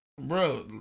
Bro